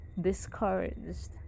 discouraged